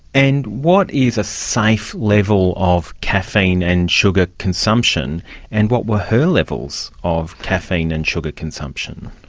and what is a safe level of caffeine and sugar consumption and what were her levels of caffeine and sugar consumption?